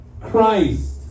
Christ